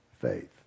faith